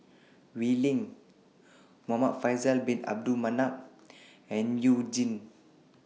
Wee Lin Muhamad Faisal Bin Abdul Manap and YOU Jin